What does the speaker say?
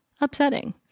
upsetting